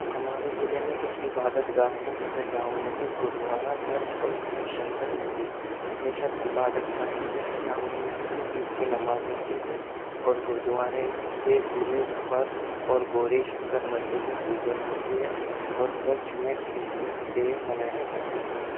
ہمارے ضلعے میں کچھ عبادت گاہ ہیں جیسے جامع مسجد گردوارہ چرچ اور گوری شنکر مندر یہ سب عبادت گاہ ہیں جیسے جامع مسجد میں عید کی نماز ہوتی ہے اور گردوارے کے گرو پرو اور گوری شنکر مندر میں پوجا ہوتی ہے اور چرچ میں کرسمس ڈے منایا جاتا ہے